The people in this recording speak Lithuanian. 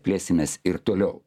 plėsimės ir toliau